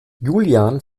julian